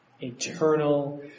eternal